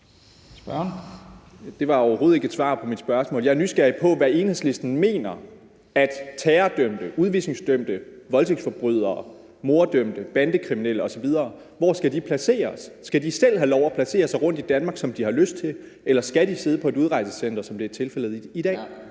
Jeg er nysgerrig på, hvor Enhedslisten mener at udvisningsdømte terrordømte, voldtægtsforbrydere, morddømte, bandekriminelle osv. skal placeres. Skal de selv have lov at placere sig rundtomkring i Danmark, som de har lyst til, eller skal de sidde på et udrejsecenter, sådan som det er tilfældet i dag?